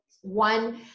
one